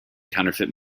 counterfeit